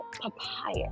papaya